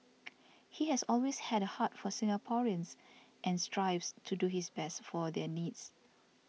he has always had a heart for Singaporeans and strives to do his best for their needs